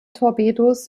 torpedos